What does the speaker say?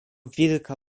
wilka